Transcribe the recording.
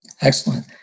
Excellent